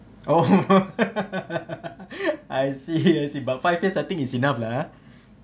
oh I see I see but five years I think is enough lah